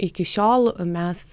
iki šiol mes